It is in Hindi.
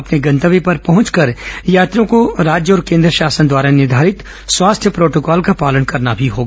अपने गंतव्य पर पहुंचकर यात्रियों को राज्य और केन्द्र शासन द्वारा निर्धारित स्वास्थ्य प्रोटोकॉल का पालन करना होगा